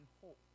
hope